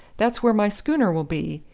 that's where my schooner will be.